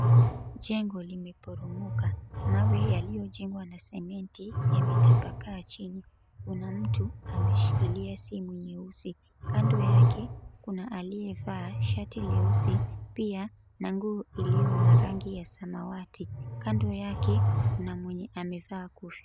Jengo limeporomoka. Mawe yaliyojengwa na sementi yametapakaa chini. Kuna mtu ameshikilia simu nyeusi. Kando yake, kuna aliyevaa shati leusi. Pia, lango ilio na rangi ya samawati. Kando yake kuna mwenye amevaa kofia.